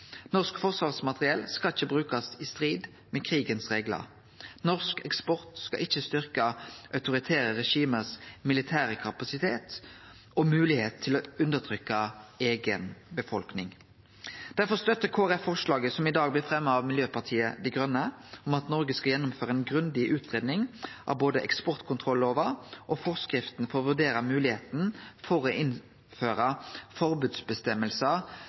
Norsk forsvarsmateriell skal ikkje brukast i strid med krigsreglane. Norsk eksport skal ikkje styrkje autoritære regime sin kapasitet og moglegheit til å undertrykkje eiga befolkning. Derfor støttar Kristeleg Folkeparti forslaget som blir fremja av Miljøpartiet Dei Grøne om at Noreg skal gjennomføre ei grundig utgreiing av både eksportkontrollova og forskriftene for å vurdere moglegheita for å innføre